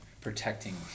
protecting